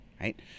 Right